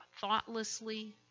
thoughtlessly